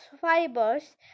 fibers